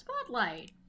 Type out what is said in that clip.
spotlight